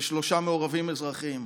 שלושה מעורבים אזרחים.